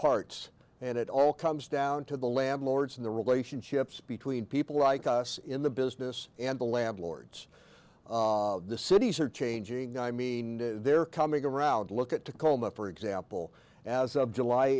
parts and it all comes down to the landlords and the relationships between people like us in the business and the landlords the cities are changing i mean they're coming around look at tacoma for example as of july